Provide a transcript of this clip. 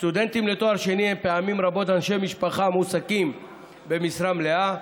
סטודנטים לתואר שני הם פעמים רבות אנשי משפחה המועסקים במשרה מלאה,